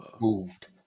moved